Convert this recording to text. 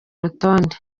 rutonde